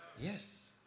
yes